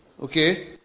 okay